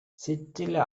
சிற்சில